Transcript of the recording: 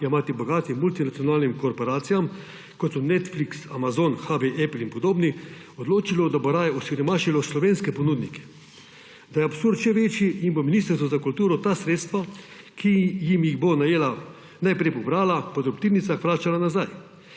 zna jemati bogatim in multinacionalnim korporacijam, kot so Netflix, Amazon, HBO, Apple in podobni, odločilo, da bo raje osiromašilo slovenske ponudnike. Da je absurd še večji, jim bo Ministrstvo za kulturo ta sredstva, ki jim jih bo najela najprej pobralo, po drobtinicah vračalo nazaj,